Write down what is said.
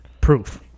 proof